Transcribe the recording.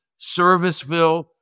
Serviceville